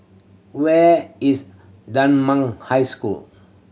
where is Dunman High School